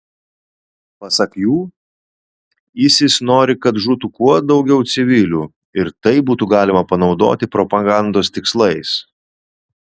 pasak jų isis nori kad žūtų kuo daugiau civilių ir tai būtų galima panaudoti propagandos tikslais